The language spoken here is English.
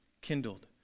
kindled